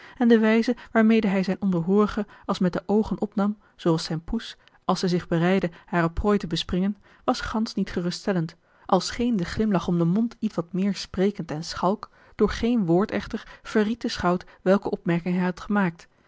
en de wijze waarmede hij zijn onderhoorige als met de oogen opnam zooals zijne poes als zij zich bereidde hare prooi te bespringen was gansch niet geruststellend al scheen de glimlach om den mond ietwat meer sprekend en schalk door geen woord echter verried de schout welke opmerking hij had gemaakt